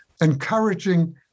encouraging